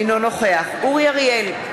אינו נוכח אורי אריאל,